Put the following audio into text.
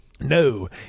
No